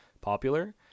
popular